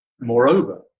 Moreover